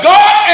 God